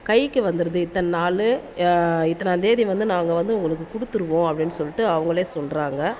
கைக்கு வந்துடுது இத்தனை நாளு இத்தனாந்தேதி வந்து நாங்கள் வந்து உங்களுக்கு கொடுத்துருவோம் அப்படினு சொல்லிட்டு அவங்களே சொல்கிறாங்க